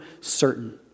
certain